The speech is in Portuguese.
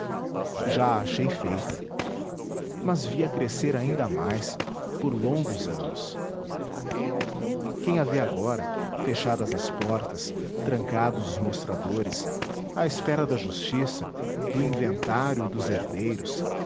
já a achei feita mas vi-a crescer ainda mais por longos anos quem a vê agora fechadas as portas trancados os mostradores à espera da justiça do inventário e dos herdeiros